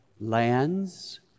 lands